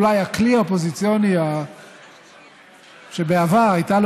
אולי הכלי האופוזיציוני שבעבר הייתה לו